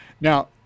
Now